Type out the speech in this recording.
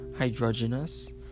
hydrogenous